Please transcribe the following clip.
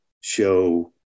show